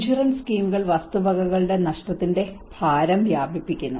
insurance സ്കീമുകൾ വസ്തുവകകളുടെ നഷ്ടത്തിന്റെ ഭാരം വ്യാപിപ്പിക്കുന്നു